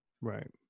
Right